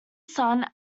son